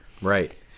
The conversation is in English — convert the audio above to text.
Right